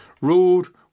ruled